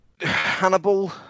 Hannibal